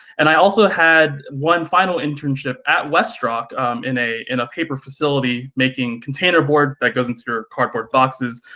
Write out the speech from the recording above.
and i also had one final internship at westrock in a in a paper facility making container board that goes into your cardboard boxes,